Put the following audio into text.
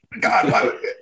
god